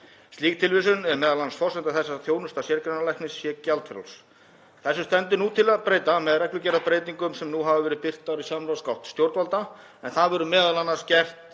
Slík tilvísun er m.a. forsenda þess að þjónusta sérgreinalæknis sé gjaldfrjáls. Þessu stendur nú til að breyta með reglugerðarbreytingum sem hafa verið birtar í samráðsgátt stjórnvalda en það verður m.a. gert